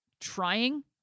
trying